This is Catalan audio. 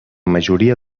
majoria